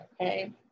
okay